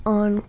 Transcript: on